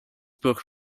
book